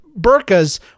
burkas